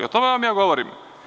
O tome vam ja govorim.